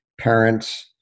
parents